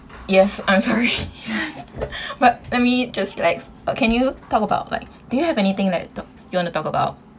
yes I'm sorry yes but let me just relax but can you talk about like do you have anything that you want to talk about